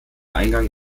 eingang